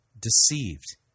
deceived